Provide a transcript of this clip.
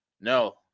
No